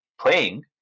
playing